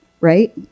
right